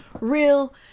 real